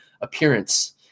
appearance